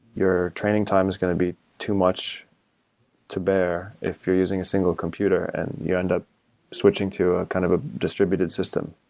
you're training times is going to be too much to bear if you're using a single computer and you end up switching to a kind of a distributed system.